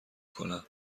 کنم